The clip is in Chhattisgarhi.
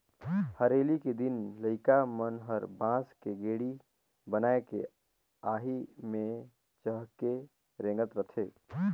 हरेली के दिन लइका मन हर बांस के गेड़ी बनायके आही मे चहके रेंगत रथे